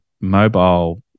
mobile